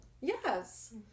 yes